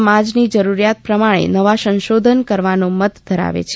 સમાજની જરૂરિયાત પ્રમાણે નવા સંશોધન કરવાનો મત ધરાવે છે